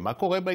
ככה אני קורא לו,